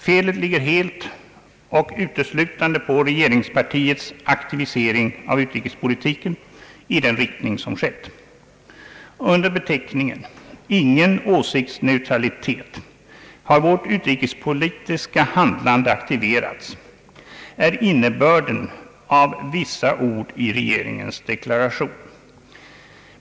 Felet ligger helt och uteslutande på regeringspartiets aktivisering av utrikespolitiken i den riktning som skett. Under beteckningen »ingen åsiktsneutralitet« har vårt utrikespolitiska handlande aktiverats, det är innebörden av vissa ord i regeringens deklaration.